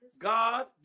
God